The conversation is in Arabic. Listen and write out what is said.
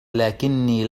لكني